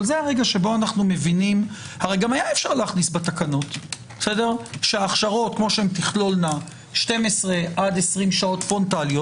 הרי אפשר היה להכניס בתקנות שההכשרות כפי שתכלולנה 12 עד 20 שעות פרונטליות